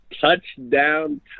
Touchdown